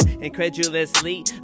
Incredulously